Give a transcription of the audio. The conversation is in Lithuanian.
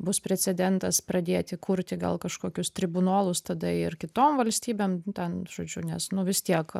bus precedentas pradėti kurti gal kažkokius tribunolus tada ir kitom valstybėm ten žodžiu nes nu vis tiek